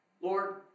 Lord